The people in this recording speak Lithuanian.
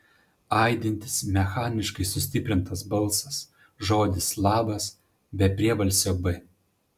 aidintis mechaniškai sustiprintas balsas žodis labas be priebalsio b